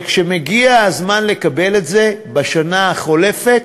וכשמגיע הזמן לקבל את זה, בשנה החולפת,